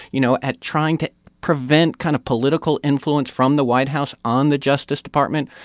you know, at trying to prevent kind of political influence from the white house on the justice department,